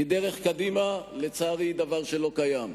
כי דרך קדימה, לצערי, היא דבר שלא קיים.